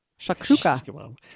shakshuka